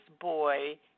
boy